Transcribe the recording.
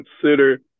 consider